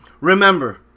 Remember